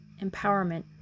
empowerment